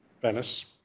Venice